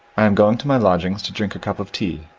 i am going to my lodgings to drink a cup of tea,